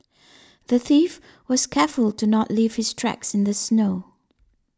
the thief was careful to not leave his tracks in the snow